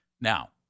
Now